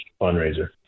fundraiser